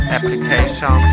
Application